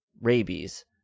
rabies